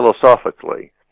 philosophically